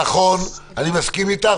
נכון, אני מסכים איתך.